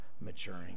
maturing